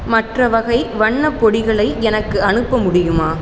மற்ற வகை வண்ணப்பொடிகளை எனக்கு அனுப்ப முடியுமா